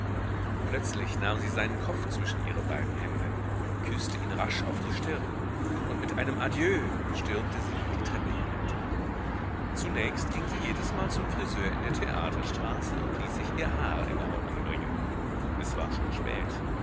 plötzlich nahm sie seinen kopf zwischen ihre beiden hände küßte ihn rasch auf die stirn und mit einem adieu stürmte sie die treppe hinunter zunächst ging sie jedesmal zum friseur in der theaterstraße und ließ sich ihr haar in ordnung bringen es war schon spät